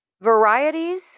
Varieties